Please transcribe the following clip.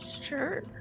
Sure